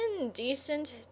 indecent